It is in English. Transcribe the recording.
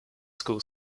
school